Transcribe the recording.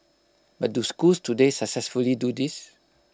but do schools today successfully do this